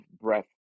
breath